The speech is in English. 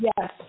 Yes